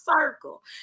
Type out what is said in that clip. Circle